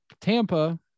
Tampa